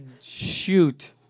shoot